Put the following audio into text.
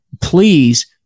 Please